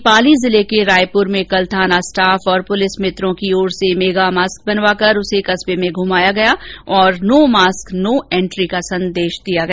वहीं पाली जिले के रायपुर में कल थाना स्टाफ और पुलिस मित्रों की ओर से मेगा मास्क बनवाकर कस्बे में उसे घुमाया गया और नो मास्क नो एन्ट्री का संदेश दिया गया